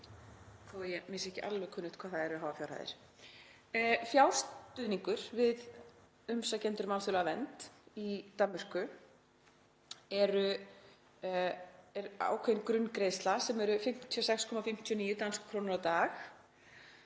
þó að mér sé ekki alveg kunnugt um hvað það eru háar fjárhæðir. Fjárstuðningur við umsækjendur um alþjóðlega vernd í Danmörku er ákveðin grunngreiðsla sem er 56,59 danskar krónur á dag